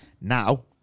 now